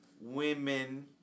women